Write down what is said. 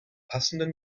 passenden